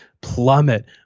plummet